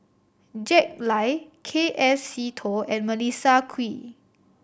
Jack Lai K F Seetoh and Melissa Kwee